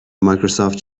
microsoft